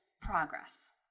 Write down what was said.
progress